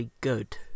good